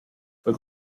fue